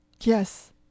Yes